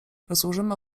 rozłożymy